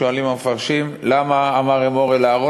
שואלים המפרשים: למה אמר "אמר אל אהרן",